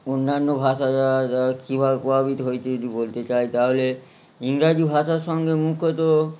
অন্যান্য ভাষার দ্বারা দ্বারা কীভাবে প্রভাবিত হয়েছে যদি বলতে চাই তাহলে ইংরাজি ভাষার সঙ্গে মুখ্যত